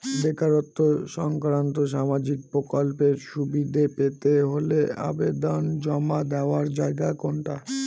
বেকারত্ব সংক্রান্ত সামাজিক প্রকল্পের সুবিধে পেতে হলে আবেদন জমা দেওয়ার জায়গা কোনটা?